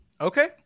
Okay